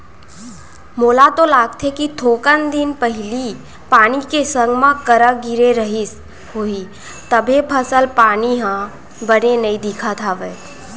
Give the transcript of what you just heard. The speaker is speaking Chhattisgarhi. मोला तो लागथे कि थोकन दिन पहिली पानी के संग मा करा गिरे रहिस होही तभे फसल पानी ह बने नइ दिखत हवय